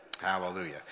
hallelujah